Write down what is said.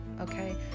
okay